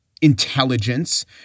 intelligence